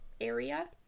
area